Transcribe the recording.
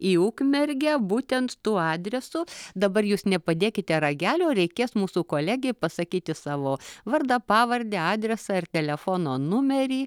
į ukmergę būtent tuo adresu dabar jūs nepadėkite ragelio reikės mūsų kolegei pasakyti savo vardą pavardę adresą ir telefono numerį